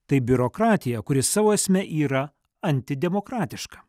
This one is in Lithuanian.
tai biurokratija kuri savo esme yra antidemokratiška